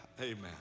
Amen